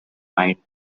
mind